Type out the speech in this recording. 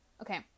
Okay